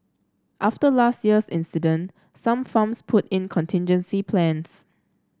after last year's incident some farms put in contingency plans